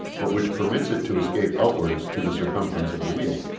but which permits it to escape outwards to the circumference of the wheel.